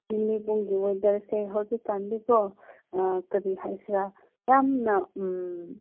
ꯇꯃꯦꯡꯂꯣꯡꯒꯤ ꯋꯦꯗꯔꯁꯦ ꯍꯧꯖꯤꯛꯀꯥꯟꯗꯤꯀꯣ ꯀꯔꯤ ꯍꯥꯏꯁꯤꯔꯥ ꯌꯥꯝꯅ